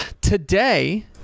today